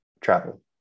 travel